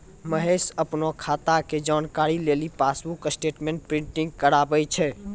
महेश अपनो खाता के जानकारी लेली पासबुक स्टेटमेंट प्रिंटिंग कराबै छै